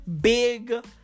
big